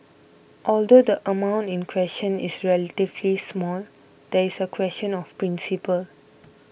although the amount in question is relatively small there is a question of principle